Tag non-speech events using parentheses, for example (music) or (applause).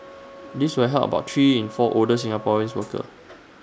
(noise) this will help about three in four older Singaporeans workers